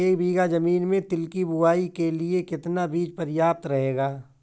एक बीघा ज़मीन में तिल की बुआई के लिए कितना बीज प्रयाप्त रहेगा?